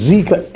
Zika